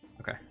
Okay